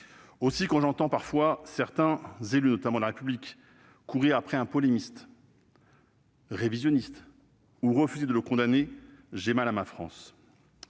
Aussi, quand j'entends certains, parfois élus de la République, courir après un polémiste révisionniste ou refuser de le condamner, j'ai mal à ma France.